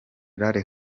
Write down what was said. kale